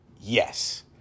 Yes